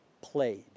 played